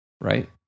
Right